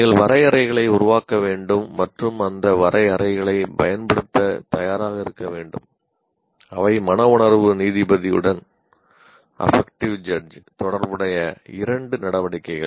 நீங்கள் வரையறைகளை உருவாக்க வேண்டும் மற்றும் அந்த வரையறைகளைப் பயன்படுத்த தயாராக இருக்க வேண்டும் அவை மனவுணர்வு நீதிபதியுடன் தொடர்புடைய இரண்டு நடவடிக்கைகள்